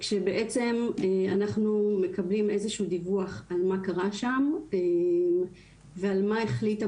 כשבעצם אנחנו מקבלים איזה שהוא דיווח על מה קרה שם ועל מה החליטה